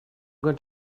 going